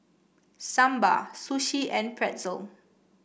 Sambar Sushi and Pretzel